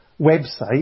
website